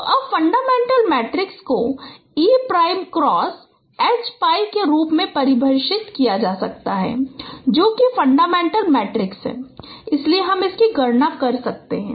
तो अब fundamental matrix को e prime cross H pi के रूप में परिभाषित किया जा सकता है जो कि फंडामेंटल मैट्रिक्स है इसलिए हम इसकी गणना कर सकते हैं